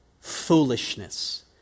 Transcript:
Foolishness